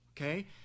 Okay